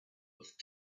with